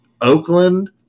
Oakland